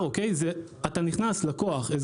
אין על זה ויכוח.